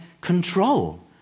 control